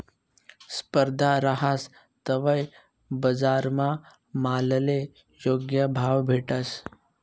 स्पर्धा रहास तवय बजारमा मालले योग्य भाव भेटस